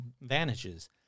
vanishes